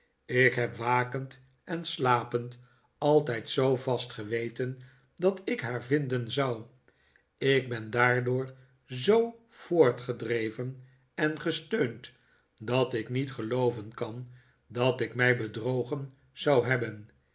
ik heb wakend en slapend altijd zoo vast geweten dat ik haar vinden zou ik ben daardoor zoo voortgedreven en gesteund dat ik niet gelooven kan dat ik mij bedrogen zou hebben